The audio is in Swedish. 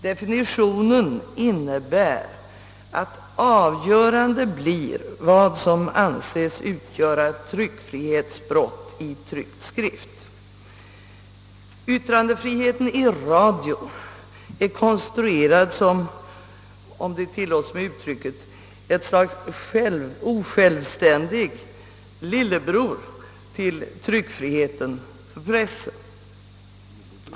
Definitionen innebär att det avgörande blir vad som anses utgöra tryckfrihetsbrott i tryckt skrift. Yttrandefriheten i radio är konstruerad som — om uttrycket tillåts mig — ett slags lillebror till pressens tryckfrihet.